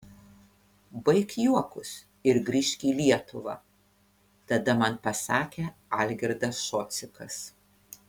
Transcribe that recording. baik juokus ir grįžk į lietuvą tada man pasakė algirdas šocikas